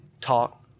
talk